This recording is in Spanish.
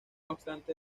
obstante